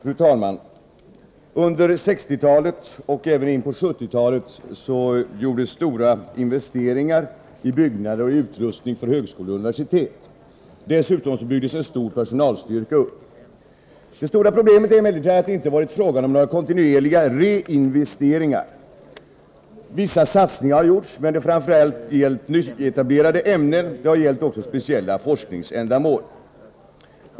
Fru talman! Under 1960-talet och även in på 1970-talet gjordes stora investeringar i byggnader och utrustning till högskolor och universitet. Dessutom byggdes en stor personalstyrka upp. Det stora problemet är emellertid att det inte varit fråga om några kontinuerliga reinvesteringar. Vissa satsningar har gjorts, men dessa har framför allt gällt nyetablerade ämnen och speciella forskningsändamål.